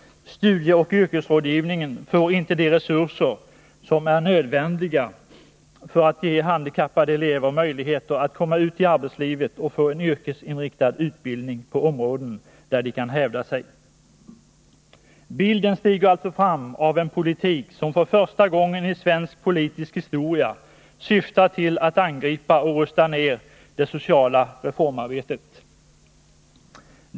Studieoch yrkesrådgivningen får inte de resurser som är nödvändiga för att ge handikappade elever möjligheter att komma ut i arbetslivet och få en yrkesinriktad utbildning på områden där de kan hävda sig. Bilden stiger alltså fram av en politik som för första gången i svensk politisk historia syftar till att angripa och rusta ned det sociala reformarbetet.